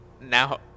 now